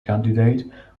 candidate